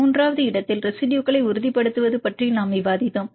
மூன்றாவது இடத்தில் ரெசிடுயுகளை உறுதிப்படுத்துவது பற்றி நாம் விவாதித்தோம்